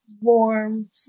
warm